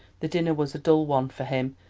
the dinner was a dull one for him,